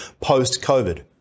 post-COVID